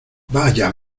vaya